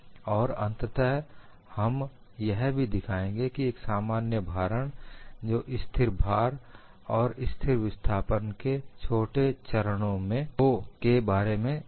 और अंततः हम यह भी दिखाएंगे कि एक सामान्य भारण जो स्थिर भार और स्थिर विस्थापन के छोटे चरणों में हो के बारे में सोचा जा सकता है